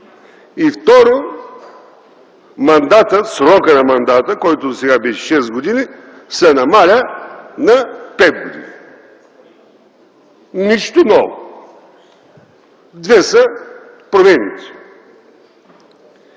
Второ, срокът на мандата, който досега беше 6 години, се намалява на 5 години. Нищо ново. Две са промените.